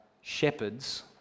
shepherds